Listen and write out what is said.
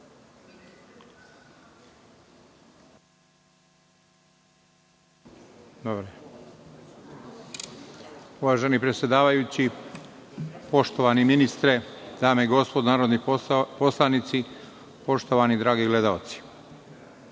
Uvaženi predsedavajući, poštovani ministre, dame i gospodo narodni poslanici, i poštovani dragi gledaoci,